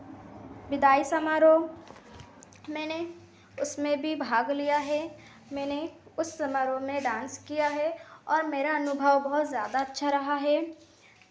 विदाई समारोह मैंने उसमें भी भाग लिया है मैंने उस समारोह में डांस किया है और मेरा अनुभव बहुत ज़्यादा अच्छा रहा है